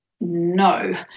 no